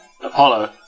Apollo